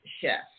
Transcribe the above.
chef